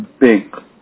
big